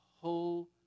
whole